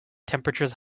temperatures